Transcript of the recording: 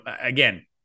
again